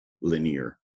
linear